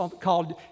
called